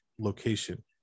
location